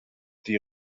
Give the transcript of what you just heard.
die